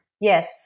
Yes